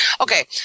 Okay